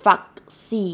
Prvacki